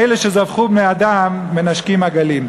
כאלה שזבחו בני-אדם, מנשקים עגלים.